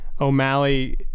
O'Malley